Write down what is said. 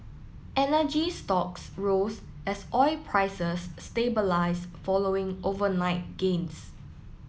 energy stocks rose as oil prices stabilised following overnight gains